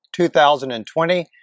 2020